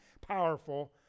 powerful